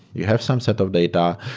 you have some set of data.